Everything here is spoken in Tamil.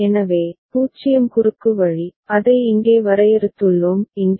எனவே 0 குறுக்கு வழி அதை இங்கே வரையறுத்துள்ளோம் இங்கே